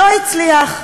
לא הצליח.